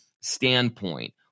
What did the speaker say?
standpoint